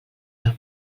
del